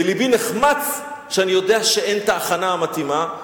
ולבי נחמץ כשאני יודע שאין הכנה מתאימה,